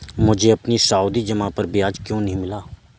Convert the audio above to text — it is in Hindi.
मुझे अपनी सावधि जमा पर ब्याज क्यो नहीं मिला?